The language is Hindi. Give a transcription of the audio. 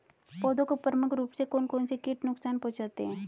पौधों को प्रमुख रूप से कौन कौन से कीट नुकसान पहुंचाते हैं?